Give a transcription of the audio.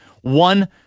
one